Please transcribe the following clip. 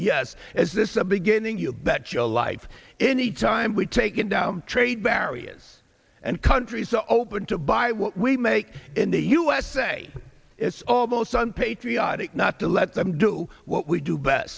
yes is this a beginning you bet your life any time we take it down trade barriers and countries are open to buy what we make in the usa it's almost on patriotic not to let them do what we do b